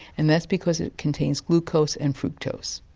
and that's because it contains glucose and fructose.